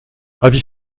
avis